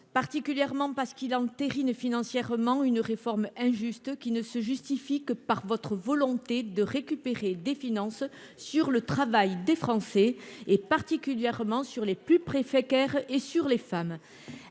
Particulièrement parce qu'il entérine financièrement une réforme injuste qui ne se justifie que par votre volonté de récupérer des finances sur le travail des Français, et particulièrement sur les plus-préfet Caire et sur les femmes.